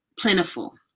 plentiful